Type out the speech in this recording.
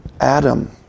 Adam